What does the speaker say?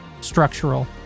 structural